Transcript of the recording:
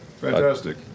Fantastic